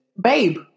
Babe